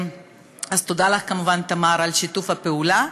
אז תודה לך, כמובן, תמר, על שיתוף הפעולה,